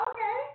Okay